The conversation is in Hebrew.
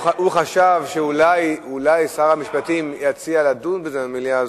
הוא חשב שאולי שר המשפטים יציע לדון בזה במליאה,